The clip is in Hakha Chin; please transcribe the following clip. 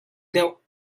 deuh